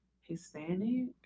Hispanic